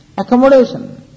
accommodation